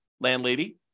landlady